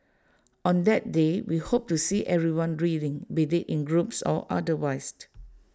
on that day we hope to see everyone reading be IT in groups or otherwise